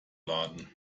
laden